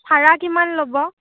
ভাৰা কিমান ল'ব